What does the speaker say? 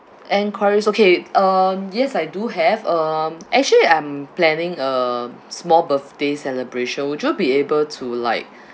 enquiries okay um yes I do have um actually I'm planning a small birthday celebration would you be able to like